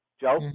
Joe